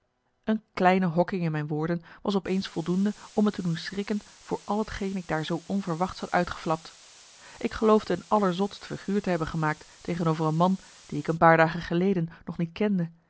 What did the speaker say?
een kleine hokking in mijn woorden was op eens marcellus emants een nagelaten bekentenis voldoende om me te doen schrikken voor al t geen ik daar zoo onverwachts had uitgeflapt ik geloofde een allerzotst figuur te hebben gemaakt tegenover een man die ik een paar dagen geleden nog niet kende